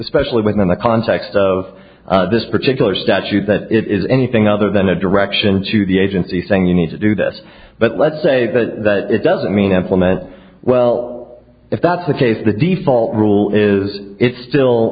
special within the context of this particular statute that it is anything other than a direction to the agency saying you need to do this but let's say that it doesn't mean implement well if that's the case the default rule is it's still